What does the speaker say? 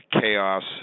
chaos